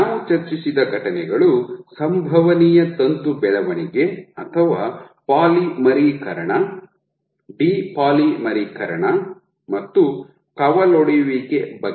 ನಾವು ಚರ್ಚಿಸಿದ ಘಟನೆಗಳು ಸಂಭವನೀಯ ತಂತು ಬೆಳವಣಿಗೆ ಅಥವಾ ಪಾಲಿಮರೀಕರಣ ಡಿಪಾಲಿಮರೀಕರಣ ಮತ್ತು ಕವಲೊಡೆಯುವಿಕೆ ಬಗ್ಗೆ